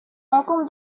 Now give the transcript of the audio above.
rencontre